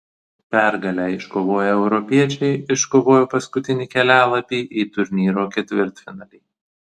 pergalę iškovoję europiečiai iškovojo paskutinį kelialapį į turnyro ketvirtfinalį